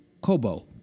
Kobo